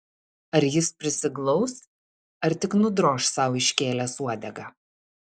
ar jis prisiglaus ar tik nudroš sau iškėlęs uodegą